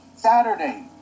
Saturday